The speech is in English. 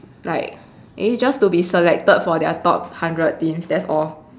like eh just to be selected for their top hundred teams that's all